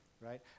Right